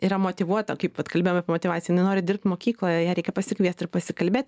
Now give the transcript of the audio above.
yra motyvuota kaip vat kalbėjom apie motyvaciją jinai nori dirbt mokykloje ją reikia pasikviest ir pasikalbėt